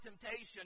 temptation